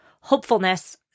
hopefulness